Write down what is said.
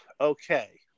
okay